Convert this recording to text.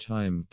Time